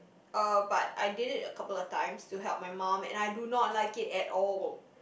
uh but I did it a couple of times to help my mum and I do not like it at all